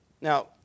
Now